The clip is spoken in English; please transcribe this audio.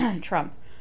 Trump